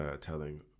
telling